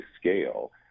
scale